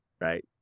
right